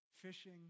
Fishing